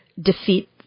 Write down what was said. defeat